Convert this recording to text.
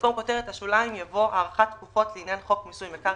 במקום כותרת השוליים יבוא "הארכת תקופות לעניין חוק מיסוי מקרקעין".